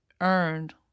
earned